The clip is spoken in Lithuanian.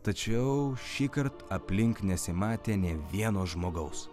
tačiau šįkart aplink nesimatė nė vieno žmogaus